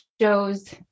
shows